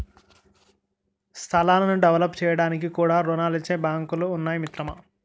స్థలాలను డెవలప్ చేయడానికి కూడా రుణాలిచ్చే బాంకులు ఉన్నాయి మిత్రమా